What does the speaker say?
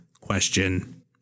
question